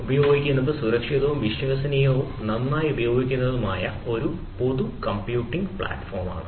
ഉപയോഗിക്കുന്നത് സുരക്ഷിതവും വിശ്വസനീയവും നന്നായി ഉപയോഗിക്കുന്നതുമായ ഒരു പൊതു ക്ലൌഡ് കമ്പ്യൂട്ടിംഗ് പ്ലാറ്റ്ഫോമാണ്